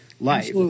life